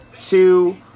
two